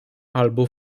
albo